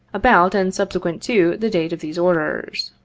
about and subsequent to the date of these orders.